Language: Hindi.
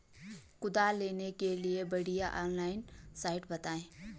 कुदाल लेने के लिए बढ़िया ऑनलाइन साइट बतायें?